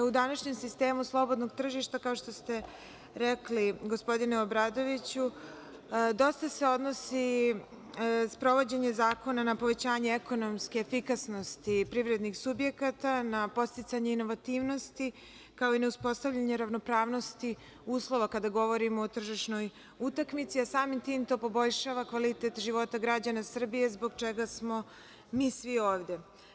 U današnjem sistemu slobodnog tržišta, kao što ste rekli gospodine Obradoviću, dosta se odnosi sprovođenje zakona na povećanje ekonomske efikasnosti privrednih subjekata, na podsticanje inovativnosti, kao i na uspostavljanje ravnopravnosti uslova kada govorimo o tržišnoj utakmici, a samim tim to poboljšava kvalitet života građana Srbije, zbog čega smo mi svi ovde.